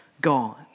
gone